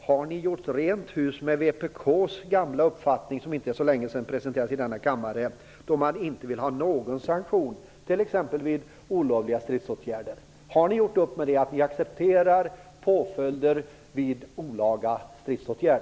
Har ni gjort rent hus med vpk:s gamla uppfattning, som inte för så länge sedan presenterades i denna kammaren, då man inte ville att det skulle vara någon sanktion vid t.ex. olagliga stridsåtgärder? Har ni gjort upp med er själva i denna fråga, dvs. att ni accepterar påföljder vid olaga stridsåtgärd?